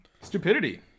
Stupidity